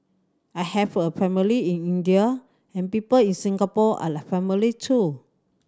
I have a family in India and people in Singapore are like family too